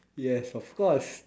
yes of course